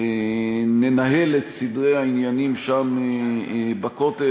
ננהל את סדרי העניינים שם בכותל.